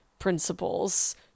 principles